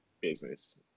business